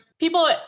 People